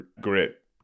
grit